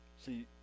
See